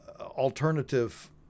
alternative